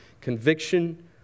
conviction